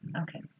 Okay